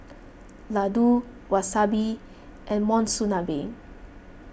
Ladoo Wasabi and Monsunabe